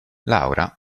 laura